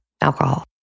alcohol